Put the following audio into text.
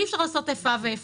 שאי אפשר לעשות איפה ואיפה.